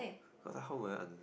cause how would I